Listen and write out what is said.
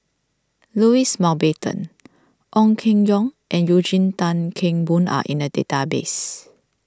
Louis Mountbatten Ong Keng Yong and Eugene Tan Kheng Boon are in the database